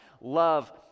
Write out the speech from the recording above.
love